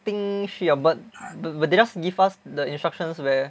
think 需要 ah but but they just give us the instructions where